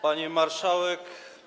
Pani Marszałek!